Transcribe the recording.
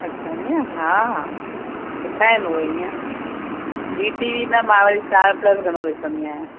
अच्छा ईंअ हा सुठा आहिनि उहे ईंअ ज़ी टी वी न मां वरी स्टार प्लस घणो ॾिसंदी आहियां